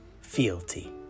fealty